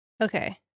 Okay